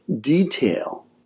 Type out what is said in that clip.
detail